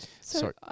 Sorry